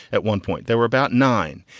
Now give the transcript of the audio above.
at one point there were about nine.